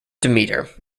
demeter